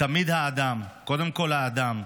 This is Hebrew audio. תמיד האדם, קודם כול האדם,